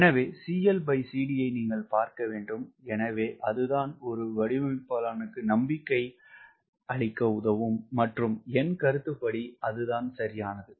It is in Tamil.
எனவே CLCD ஐ நீங்கள் பார்க்க வேண்டும் எனவே அது தான் ஒரு வடிவமைப்பாளனுக்கு நம்பிக்கை அளிக்க உதவும் மற்றும் என் கருத்து படி அது தான் சரியானது